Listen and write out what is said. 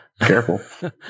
Careful